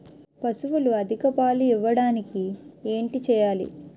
పశువులు అధిక పాలు ఇవ్వడానికి ఏంటి చేయాలి